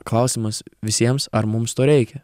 klausimas visiems ar mums to reikia